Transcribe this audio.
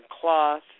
cloth